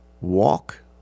walk